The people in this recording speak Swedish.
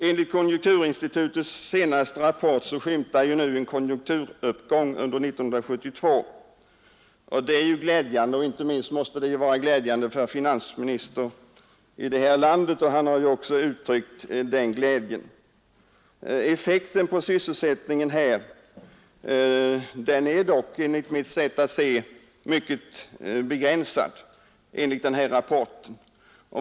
Enligt konjunkturinstitutets senaste rapport skymtar nu en konjunkturuppgång under 1972. Det är glädjande. Inte minst måste det vara glädjande för finansministern, och han har ju också uttryckt den glädjen. Effekten på sysselsättningen blir enligt rapporten och som jag ser det mycket begränsad.